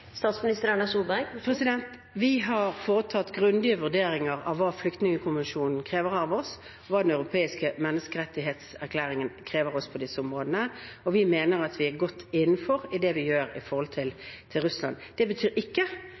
Vi har foretatt grundige vurderinger av hva Flyktningkonvensjonen krever av oss, og hva Den europeiske menneskerettighetserklæringen krever av oss på disse områdene, og vi mener at vi er godt innenfor i det vi gjør i forhold til Russland. Det betyr ikke at ikke noen på et tidspunkt kan komme til å si at Russland ikke